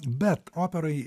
bet operai